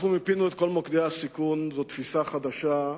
מיפינו את כל מוקדי הסיכון, זאת תפיסה חדשה,